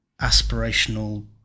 aspirational